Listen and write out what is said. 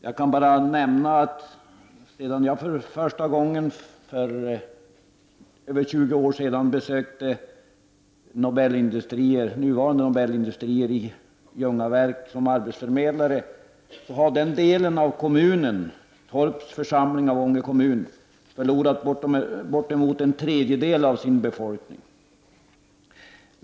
Jag kan bara nämna att sedan jag första gången för över 20 år sedan besökte nuvarande Nobel Industrier i Ljungaverk som arbetsförmedlare, har den delen av kommunen — Torps församling i Ånge kommun = förlorat bortåt en tredjedel av sin befolkning.